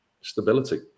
Stability